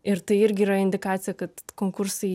ir tai irgi yra indikacija kad konkursai